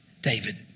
David